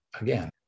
again